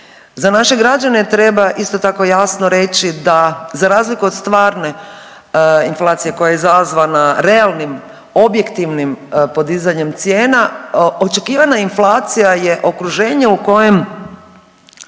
Za naše građane treba isto tako jasno reći da za razliku od stvarne inflacije koja je izazvana realnim objektivnim podizanjem cijena očekivana inflacija je okruženje u kojem,